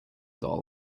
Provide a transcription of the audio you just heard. doll